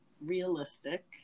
realistic